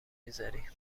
میذاری